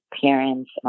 parents